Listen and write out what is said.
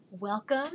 Welcome